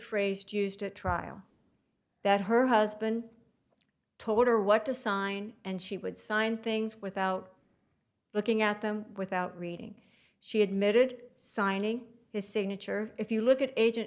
at trial that her husband told her what to sign and she would sign things without looking at them without reading she admitted signing his signature if you look at agent